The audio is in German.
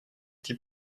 die